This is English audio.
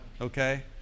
okay